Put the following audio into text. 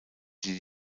die